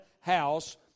house